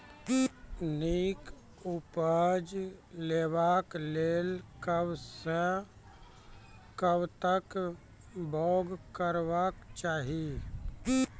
नीक उपज लेवाक लेल कबसअ कब तक बौग करबाक चाही?